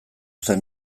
zen